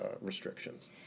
restrictions